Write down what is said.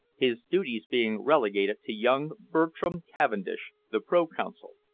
his duties being relegated to young bertram cavendish, the pro-consul.